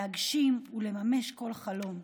להגשים ולממש כל חלום.